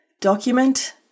document